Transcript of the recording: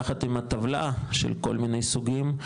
יחד עם הטבלה של כל מיני סוגים,